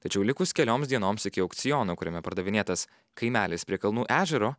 tačiau likus kelioms dienoms iki aukciono kuriame pardavinėtas kaimelis prie kalnų ežero